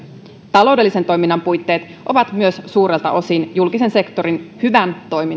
taloudellisen toiminnan puitteet ovat myös suurelta osin julkisen sektorin hyvän